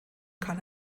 kann